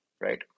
right